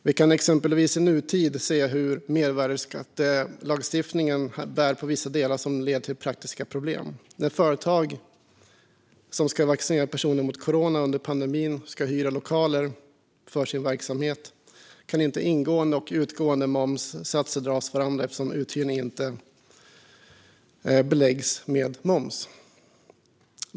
Vi kan nu exempelvis se hur vissa delar av mervärdesskattelagstiftningen leder till praktiska problem. När företag som ska vaccinera personer mot corona under pandemin ska hyra lokaler för sin verksamhet kan inte ingående och utgående momssatser dras av mot varandra eftersom uthyrning inte beläggs med moms.